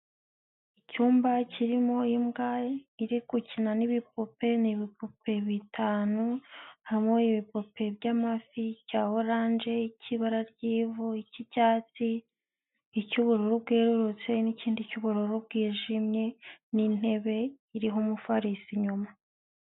Icyumba kirimo imbwa iri gukina n'ibipupe, ni bipupe bitanu, harimo: ibipupe by'amafi, icya oranje, ik'ibara ry'ivu, ik'icyatsi, icy'ubururu bwerurutse n'ikindi cy'ubururu bwijimye n'intebe iriho umufaliso inyuma.